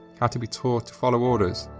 had to be taught to follow orders,